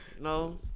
no